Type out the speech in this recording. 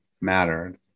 mattered